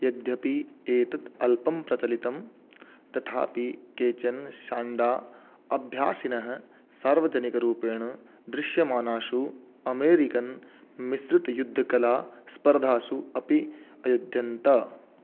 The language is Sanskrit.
यद्यपि एतत् अल्पं प्रचलितं तथापि केचन् शाण्डा अभ्यासिनः सार्वजनिकरूपेण दृश्यमानासु अमेरिकन् मिश्रितयुद्धकलास्पर्धासु अपि अयुध्यन्त